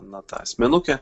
na tą asmenukę